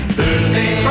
Thursday